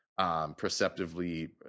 perceptively